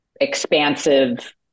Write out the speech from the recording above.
expansive